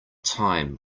time